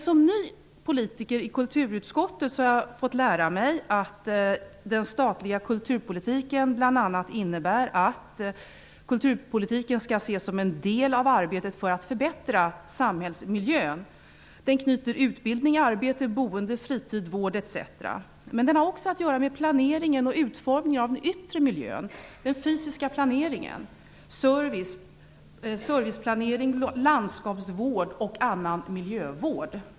Som ny politiker i kulturutskottet har jag fått lära mig att den statliga kulturpolitiken bl.a. innebär att kulturpolitiken skall ses som en del av arbetet med att förbättra samhällsmiljön. Den knyter samman utbildning, arbete, boende, fritid, vård osv. Den berör också planeringen och utformningen av den yttre miljön, dvs. fysisk planering, serviceplanering, landskapsvård och annan miljövård.